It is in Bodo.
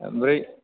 ओमफ्राय